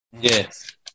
Yes